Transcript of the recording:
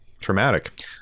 Traumatic